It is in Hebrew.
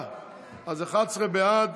היושב-ראש מצביע, אז 11 בעד,